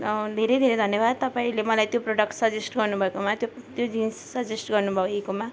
धेरै धेरै धन्यवाद तपाईँले मलाई त्यो प्रोडक्ट सजेस्ट गर्नु भएकोमा त्यो त्यो जिन्स सजेस्ट गर्नु भएकोमा